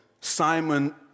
Simon